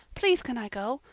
please can i go?